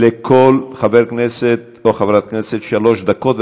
לכל חבר כנסת או חברת כנסת שלוש דקות,